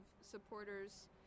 supporters